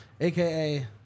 aka